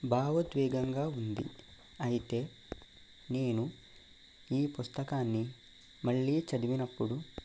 భావోద్వేకంగా ఉంది అయితే నేను ఈ పుస్తకాన్ని మళ్ళీ చదివినప్పుడు